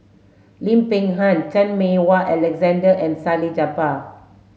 Lim Peng Han Chan Meng Wah Alexander and Salleh Japar